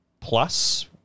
plus